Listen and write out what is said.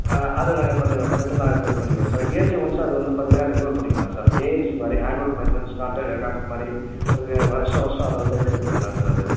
அது நாங்கள் பண்ணிர்றோம் பண்ணிவிட்டு நான் இது பண்ணி பண்ணிக்குறோம் சார் இயர்லி ஒன்ஸ் அது வந்து பார்த்தீங்கன்னா ரினீவல் பண்ணிக்கலாம் சார் ஏஎம்சி மாதிரி ஆன்வல் மெயிண்டனஸ் காண்ட்டு காண்ட்ராக்ட் மாதிரி உங்களுக்கு வருஷம் வருஷம் அது வந்து ரினீவல் பண்ணிக்கலாம் சார் அது